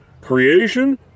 creation